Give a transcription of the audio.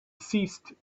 ceased